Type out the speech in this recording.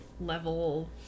level